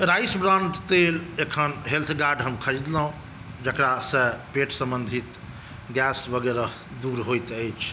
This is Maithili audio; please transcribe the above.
राइस ब्रान तेल एखन हेल्थ गार्ड हम ख़रीदलहुँ जकरासँ पेट सम्बन्धित गैस वग़ैरह दूर होइत अछि